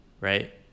Right